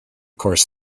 course